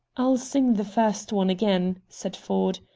i'll sing the first one again, said ford.